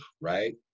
right